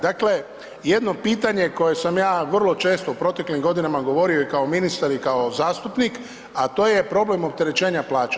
Dakle, jedno pitanje koje sam ja vrlo često u proteklim godinama govorio i kao ministar i kao zastupnik, a to je problem opterećenja plaće.